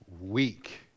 week